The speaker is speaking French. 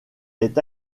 est